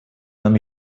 нам